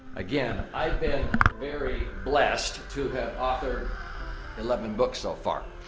again, i've been very blessed to have authored eleven books so far.